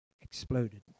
exploded